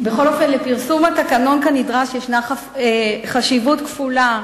בכל אופן, לפרסום התקנון כנדרש ישנה חשיבות כפולה.